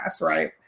right